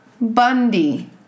Bundy